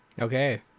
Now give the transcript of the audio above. Okay